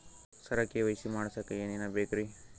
ಸರ KYC ಮಾಡಸಕ್ಕ ಎನೆನ ಬೇಕ್ರಿ?